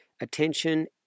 attention